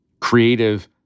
creative